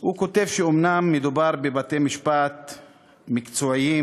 הוא כתב שאומנם מדובר בבתי-משפט מקצועיים,